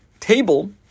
table